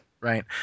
Right